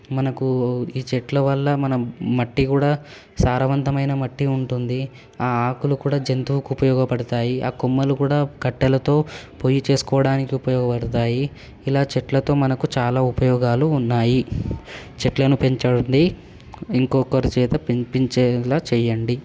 మనకు ఈ చెట్ల వల్ల మనం మట్టి కూడా సారవంతమైన మట్టి ఉంటుంది ఆ ఆకులు కూడా జంతువుకు ఉపయోగపడతాయి ఆ కొమ్మలు కూడా కట్టెలతో పొయ్యి చేసుకోవడానికి ఉపయోగపడతాయి ఇలా చెట్లతో మనకు చాలా ఉపయోగాలు ఉన్నాయి చెట్లను పెంచండి ఇంకొకరి చేత పెంపించేలా చేయండి